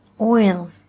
oil